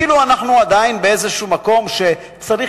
כאילו אנחנו עדיין באיזה מקום שצריך